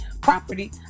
property